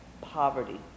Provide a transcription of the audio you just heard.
poverty